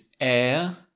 air